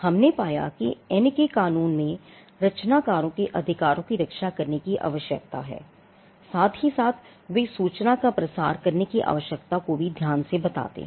हमने पाया कि ऐनी के क़ानून में रचनाकारों के अधिकारों की रक्षा करने की आवश्यकता है साथ ही साथ वे सूचना का प्रसार करने की आवश्यकता को भी ध्यान से बताते हैं